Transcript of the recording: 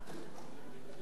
אדוני היושב-ראש,